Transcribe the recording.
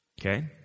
Okay